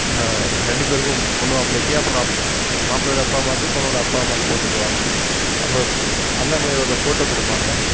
ரெண்டு பேருக்கும் பெண்ணு மாப்பிளைக்கு அப்புறம் மாப்பிள்ளையோடய அப்பா அம்மாக்கு பொண்ணோடய அப்பா அம்மாக்கு போட்டுவிடுவாங்க அப்புறம் அண்ணாமலையாரோடய ஃபோட்டோ கொடுப்பாங்க